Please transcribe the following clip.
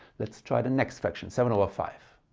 let's try the next fraction seven over five.